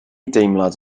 deimlad